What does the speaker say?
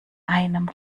einem